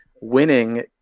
winning